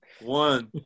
One